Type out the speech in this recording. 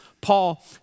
Paul